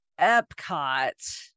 epcot